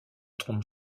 trompe